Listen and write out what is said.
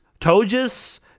Togus